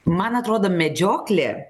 man atrodo medžioklė